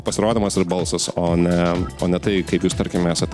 pasirodymas ir balsas o ne o ne tai kaip jūs tarkim esat